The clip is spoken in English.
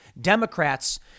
Democrats